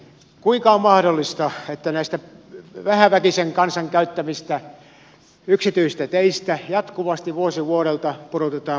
kuinka on mahdollista että näistä vähäväkisen kansan käyttämistä yksityisistä teistä jatkuvasti vuosi vuodelta pudotetaan valtionosuutta